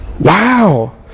Wow